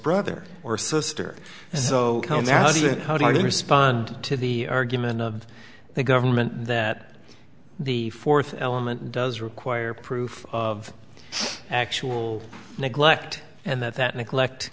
brother or sister so now is it how do you respond to the argument of the government that the fourth element does require proof of actual neglect and that that neglect